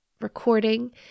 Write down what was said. recording